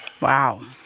Wow